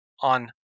on